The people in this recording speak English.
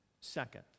Second